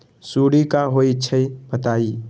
सुडी क होई छई बताई?